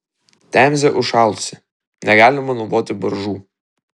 temzė užšalusi negalima naudoti baržų